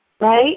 right